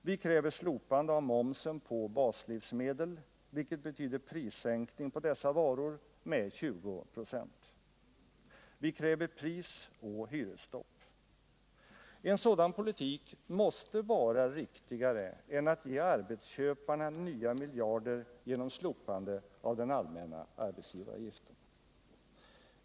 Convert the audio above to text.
Vi kräver slopande av momsen på baslivsmedel, vilket betyder prissänkning på dessa varor med 20 96. Vi kräver prisoch hyresstopp. En sådan politik måste vara riktigare än att ge arbetsköparna nya miljarder genom slopande av den allmänna arbetsgivaravgiften.